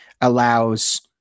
allows